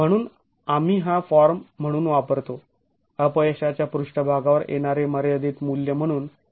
म्हणून आम्ही हा फॉर्म म्हणून वापरतो अपयशाच्या पृष्ठभागावर येणारे मर्यादित मूल्य म्हणून